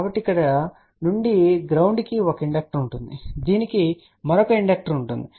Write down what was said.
కాబట్టి ఇక్కడ నుండి గ్రౌండ్ కి 1 ఇండక్టర్ ఉంటుంది దీనికి మరొక ఇండక్టర్ ఉంటుంది